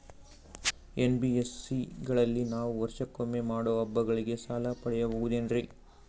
NBSC ಗಳಲ್ಲಿ ನಾವು ವರ್ಷಕೊಮ್ಮೆ ಮಾಡೋ ಹಬ್ಬಗಳಿಗೆ ಸಾಲ ಪಡೆಯಬಹುದೇನ್ರಿ?